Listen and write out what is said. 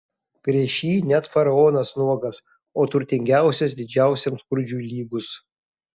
prieš jį net faraonas nuogas o turtingiausias didžiausiam skurdžiui lygus